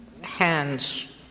hands